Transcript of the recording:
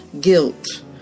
guilt